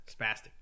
Spastic